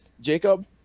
Jacob